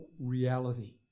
reality